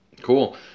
Cool